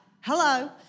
Hello